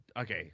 okay